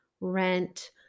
rent